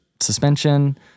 suspension